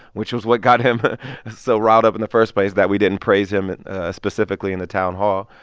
which was what got him so riled up in the first place, that we didn't praise him and specifically in the town hall.